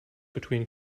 between